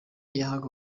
yahaga